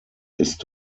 ist